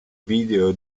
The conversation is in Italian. video